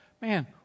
Man